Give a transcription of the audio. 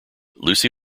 lucy